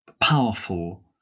powerful